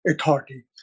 authority